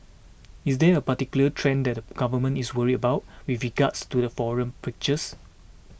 is there a particular trend that the government is worried about with regards to the foreign preachers